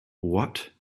what